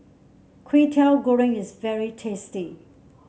Kwetiau Goreng is very tasty